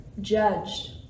judged